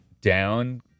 down